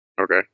Okay